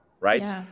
right